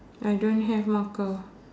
I don't have marker